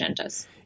agendas